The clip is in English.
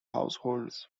households